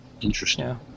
interesting